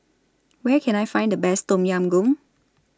Where Can I Find The Best Tom Yam Goong